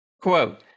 Quote